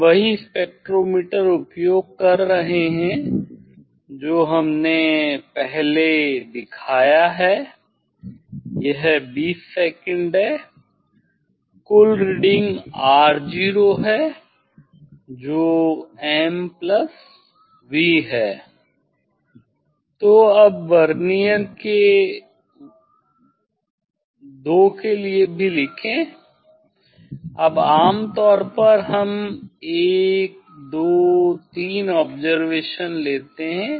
हम वही स्पेक्ट्रोमीटर उपयोग कर रहे हैं जो हमने पहले दिखाया है यह 20 सेकंड है यह कुल रीडिंग 'R0' है जो 'MV' है तो अब वर्नियर के 2 लिए भी लिखें अब आमतौर पर हम 1 2 3 ऑब्जरवेशन लेते हैं